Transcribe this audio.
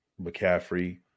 McCaffrey